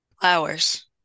Flowers